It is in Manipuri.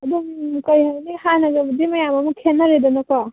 ꯑꯗꯨꯝ ꯀꯔꯤꯍꯥꯏꯅꯤ ꯍꯥꯟꯅꯒꯕꯨꯗꯤ ꯃꯌꯥꯝ ꯑꯃ ꯈꯦꯅꯔꯦꯗꯅꯀꯣ